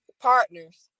partners